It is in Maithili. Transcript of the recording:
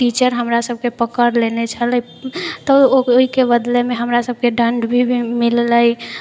टीचर हमरा सबके पकड़ि लेने छलै तऽ ओ ओहिके बदलेमे हमरा सबके दण्ड भी मिललै